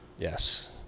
Yes